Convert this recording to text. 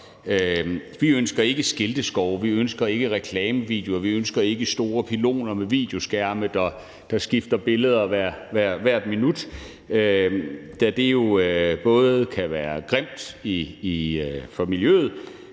Vi ønsker ikke skilteskove, vi ønsker ikke reklamevideoer, vi ønsker ikke store pyloner med videoskærme, der skifter billede hvert minut, da det er jo både kan være grimt for øjet